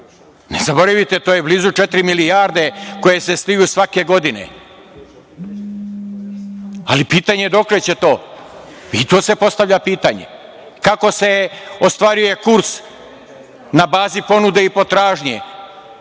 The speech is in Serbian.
Ne zaboravite, to je blizu četiri milijarde koje se sliju svake godine, ali pitanje je dokle će to? I to se postavlja pitanje, kako se ostvaruje kurs na bazi ponude i potražnje,